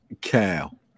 Cal